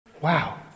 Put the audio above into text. Wow